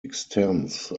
extends